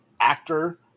actor